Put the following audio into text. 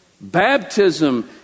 Baptism